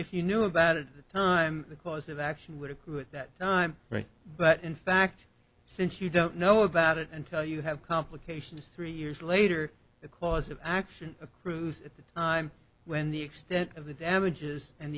if you knew about it the time the cause of action would occur at that time right but in fact since you don't know about it and tell you have complications three years later the cause of action accrues at the time when the extent of the damages and